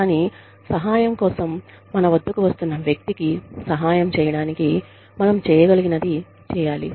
కానీ సహాయం కోసం మన వద్దకు వస్తున్న వ్యక్తికి సహాయం చేయడానికి మనం చేయగలిగినది చేయాలి